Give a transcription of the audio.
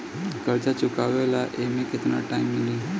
कर्जा चुकावे ला एमे केतना टाइम मिली?